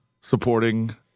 supporting